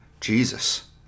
Jesus